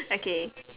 okay